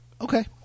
Okay